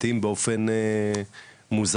לעיתים באופן מוזר,